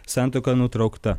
santuoka nutraukta